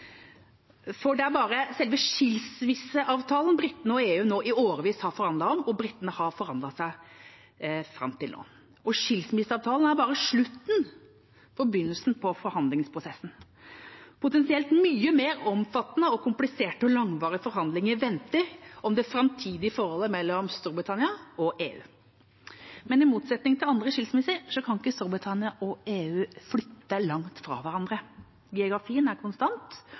for det er bare selve skilsmisseavtalen britene og EU nå i årevis har forhandlet om og britene nå har forhandlet seg fram til. Skilsmisseavtalen er bare slutten på begynnelsen på forhandlingsprosessen. Potensielt mye mer omfattende, kompliserte og langvarige forhandlinger venter om det framtidige forholdet mellom Storbritannia og EU. Men i motsetning til andre skilsmisser kan ikke Storbritannia og EU flytte langt fra hverandre. Geografien er konstant,